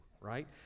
right